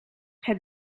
het